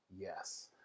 Yes